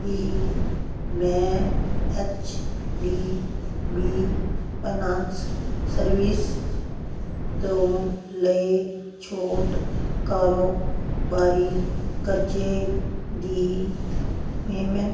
ਕੀ ਮੈਂ H D B finance service ਤੋਂ ਲਏ ਛੋਟ ਕਾਰੋਬਾਰੀ ਕਰਜ਼ੇ ਦੀ ਪੇਮੈਂਟ